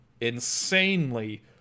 insanely